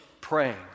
praying